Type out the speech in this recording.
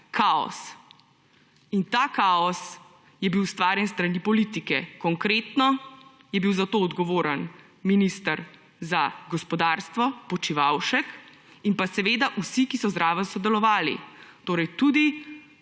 Kaos! In ta kaos je bil ustvarjen s strani politike, konkretno je bil za to odgovoren minister za gospodarstvo Počivalšek in seveda vsi, ki so zraven sodelovali. Torej tudi